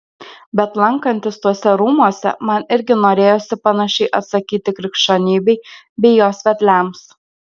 bet lankantis tuose rūmuose man irgi norėjosi panašiai atsakyti krikščionybei bei jos vedliams